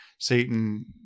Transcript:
Satan